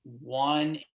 one